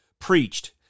preached